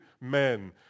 men